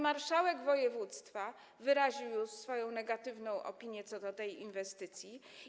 Marszałek województwa wyraził już negatywną opinię co do tej inwestycji.